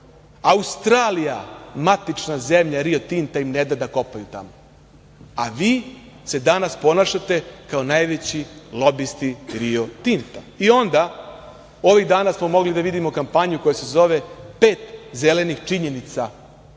Australija, matična zemlja „Rio Tinta“, im ne da da kopaju tamo, a vi se danas ponašate kao najveći lobisti „Rio Tinta“. Ovih dana smo mogli da vidimo kampanju koja se zove „Pet zelenih činjenica“